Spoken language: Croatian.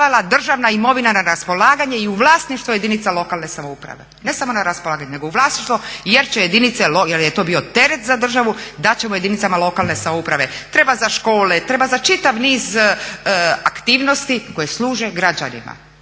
državna imovina na raspolaganje i u vlasništvo jedinica lokalne samouprave, ne samo na raspolaganje nego u vlasništvo jer je to bio teret za državu dat ćemo jedinicama lokalne samouprave. Treba za škole, treba za čitav niz aktivnosti koje služe građanima.